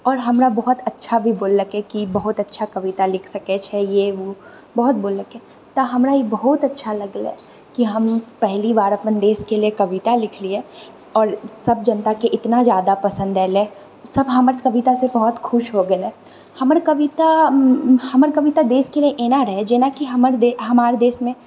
आओर हमरा बहुत अच्छा भी बोललकय कि बहुत अच्छा कविता लिख सकैत छै ये ओ बहुत बोललकय तऽ हमरा ई बहुत अच्छा लगलयकि हम पहली बार अपन देशके लिए कविता लिखलियै आओर सभ जनताके इतना ज्यादा पसन्द एलय सभ हमर कवितासे बहुत खुश हो गेलय हमर कविता हमर कविता देशके लिए एना रहय जेनाकि हमर देश हमार देशमे